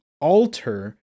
alter